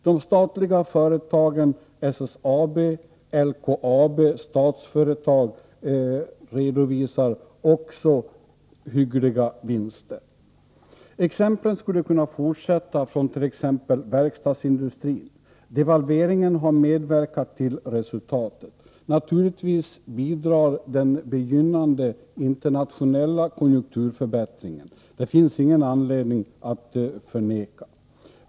De statliga företagen SSAB, LKAB och Statsföretag redovisar också hyggliga vinster. Jag skulle kunna fortsätta att ge exempel från bl.a. verkstadsindustrin. Devalveringen har medverkat till resultatet. Naturligtvis bidrar den begynnande internationella konjunkturförbättringen — det finns det ingen anledning att förneka.